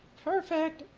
perfect.